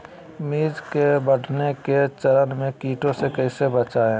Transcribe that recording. मिर्च के बढ़ने के चरण में कीटों से कैसे बचये?